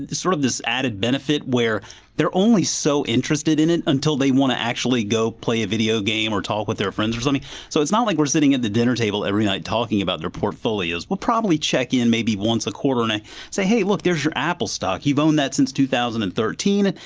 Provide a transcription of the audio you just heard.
this sort of this added benefit where they're only so interested in it until they want to actually go play a video game or talk with their friends. i mean so it's not like we're sitting at the dinner table, every night, talking about their portfolios. we'll probably check in maybe once a quarter and say, hey, look, there's your apple stock. you've owned that since two thousand and thirteen.